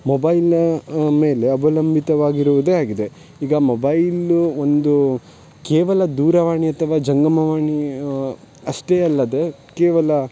mobile ಮೇಲೆ ಅವಲಂಬಿತವಾಗಿರುವುದೇ ಆಗಿದೆ ಈಗ ಮೊಬೈಲು ಒಂದು ಕೇವಲ ದೂರವಾಣಿ ಅಥವಾ ಜಂಗಮವಾಣಿ ಅಷ್ಟೇ ಅಲ್ಲದೆ ಕೇವಲ